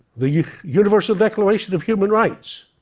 the universal declaration of human rights.